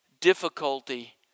difficulty